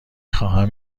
خواهم